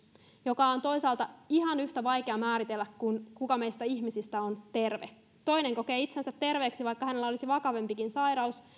joka on toisaalta ihan yhtä vaikea määritellä kuin se kuka meistä ihmisistä on terve toinen kokee itsensä terveeksi vaikka hänellä olisi vakavampikin sairaus